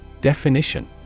Definition